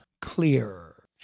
clearer